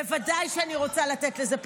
בוודאי שאני רוצה לתת לזה פרשנות.